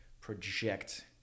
project